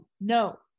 no